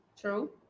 true